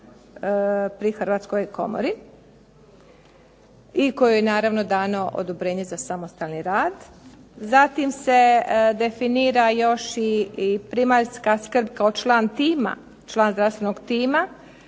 pri Hrvatskoj komori, i kojoj je naravno dano odobrenje za samostalni rad. Zatim se definira još i primaljska skrb kao član tima, član zdravstvenog tima